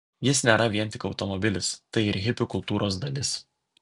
jis nėra vien tik automobilis tai ir hipių kultūros dalis